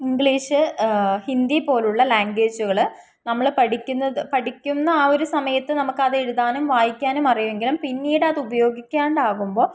English Hindi പോലെയുള്ള ലാംഗ്വേജുകള് നമ്മള് പഠിക്കുന്ന ആ ഒരു സമയത്ത് നമുക്കത് എഴുതാനും വായിക്കാനും അറിയുമെങ്കിലും പിന്നീട് അത് ഉപയോഗിക്കാതെയാകുമ്പോള്